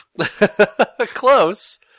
Close